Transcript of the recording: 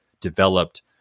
developed